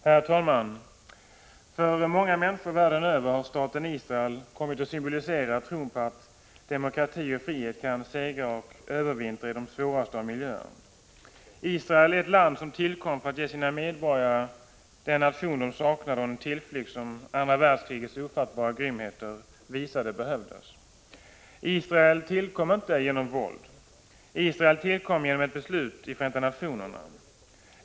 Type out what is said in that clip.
Herr talman! För många människor världen över har staten Israel kommit att symbolisera tron på att demokratin och friheten kan segra och övervintra i de svåraste av miljöer. Israel är ett land som tillkom för att ge sina medborgare den nation de saknade och en tillflykt som andra världskrigets ofattbara grymheter visade behövdes. Israel tillkom inte genom våld. Israel tillkom genom ett beslut i Förenta nationerna.